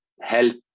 help